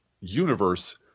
universe